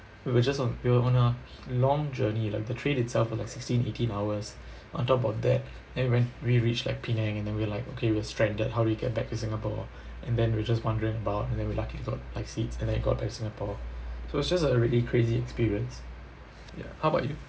we were just on we were on a long journey like the train itself for like sixteen eighteen hours on top of that and when we reached like penang and then we're like okay we're stranded how do we get back to singapore and then we're just wondering about and then we lucky got like seats and then we got back to singapore so just a really crazy experience ya how about you